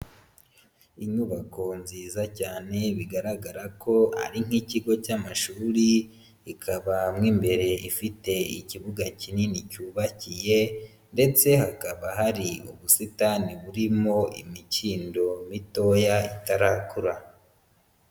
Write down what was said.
Inyubako nziza cyane bigaragara ko ari nk'ikigo cy'amashuri, ikaba mo imbere ifite ikibuga kinini cyubakiye ndetse hakaba hari ubusitani burimo imikindo mitoya itarakura.